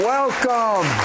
Welcome